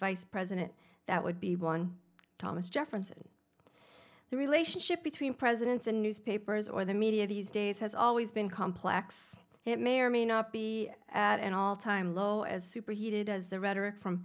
vice president that would be one thomas jefferson the relationship between presidents and newspapers or the media these days has always been complex it may or may not be at an all time low as super heated as the rhetoric from